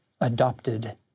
adopted